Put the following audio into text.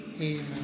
Amen